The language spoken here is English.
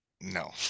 No